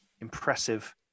impressive